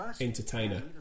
entertainer